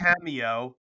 cameo